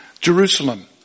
Jerusalem